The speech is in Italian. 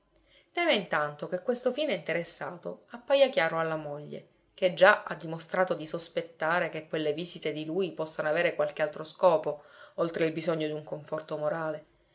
teme intanto che questo fine interessato appaia chiaro alla moglie che già ha dimostrato di sospettare che quelle visite di lui possano avere qualche altro scopo oltre il bisogno d'un conforto